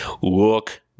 Look